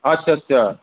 আচ্ছা আচ্ছা